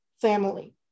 family